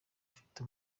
afite